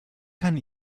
kann